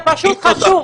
זה פשוט חשוב.